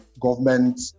government